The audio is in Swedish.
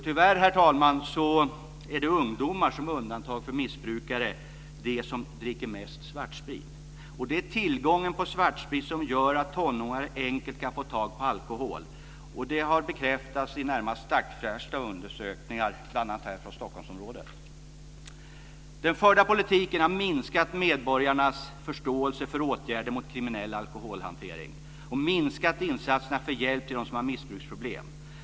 Tyvärr, herr talman, är det ungdomar som med undantag för missbrukare är de som dricker mest svartsprit. Det är tillgången på svartsprit som gör att tonåringar enkelt kan få tag på alkohol. Det har bekräftats i närmast dagsfärska undersökningar bl.a. här från Stockholmsområdet. Den förda politiken har minskat medborgarnas förståelse för åtgärder mot kriminell alkoholhantering och minskat insatserna för hjälp till dem som har missbruksproblem.